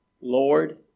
Lord